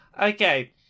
Okay